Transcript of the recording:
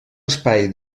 espai